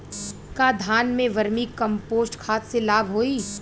का धान में वर्मी कंपोस्ट खाद से लाभ होई?